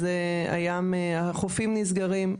אז החופים נסגרים,